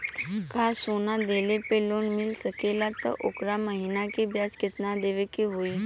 का सोना देले पे लोन मिल सकेला त ओकर महीना के ब्याज कितनादेवे के होई?